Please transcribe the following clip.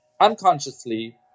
unconsciously